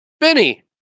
Benny